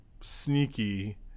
sneaky